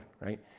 right